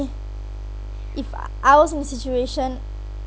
i~ if I was in the situation